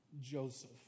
Joseph